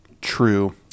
True